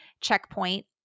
Checkpoint